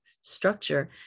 structure